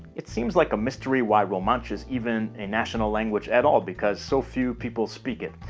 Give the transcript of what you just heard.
it seems like a mystery why romansh is even a national language at all because so few people speak it.